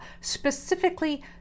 specifically